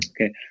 Okay